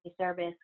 service